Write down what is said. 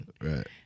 right